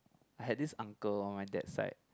I had this uncle on my dad side